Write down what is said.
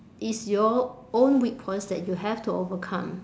it's your own weak points that you have to overcome